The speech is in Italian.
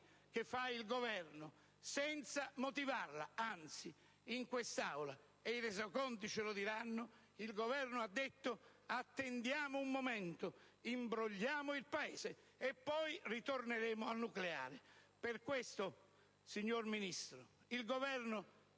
che non è stata nemmeno motivata. Anzi, in quest'Aula, e i Resoconti ce lo diranno, il Governo ha detto: «Attendiamo un momento, imbrogliamo il Paese, e poi ritorneremo al nucleare». Per questo, signor Ministro, il Governo,